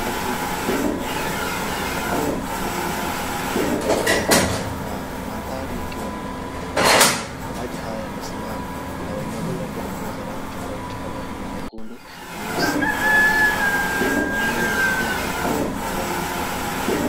Watu wanne wanaonekana kupita kwenye maji yaliyofurika na mandhari yakiwa ni ya mafuriko na maji haya yamesimama na wenyewe wamevalia nguo za rangi tofauti kama vile nyekundu, nyeusi na rangi nyeupe na mmoja amevalia kofia iliyo ya rangi nyekundu.